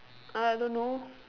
I don't know